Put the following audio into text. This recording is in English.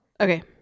Okay